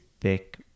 thick